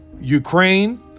Ukraine